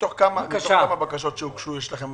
מתוך כמה בקשות שהוגשו,